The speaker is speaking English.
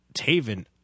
Taven